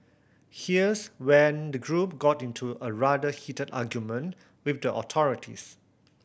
here's when the group got into a rather heated argument with the authorities